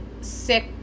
sick